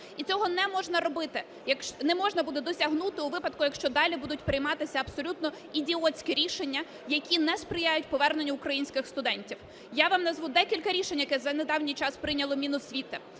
І цього не можна робити, не можна буде досягнути у випадку, якщо далі будуть прийматися абсолютно ідіотські рішення, які не сприяють поверненню українських студентів. Я вам назву декілька рішень, які за недавній час прийняло Міносвіти.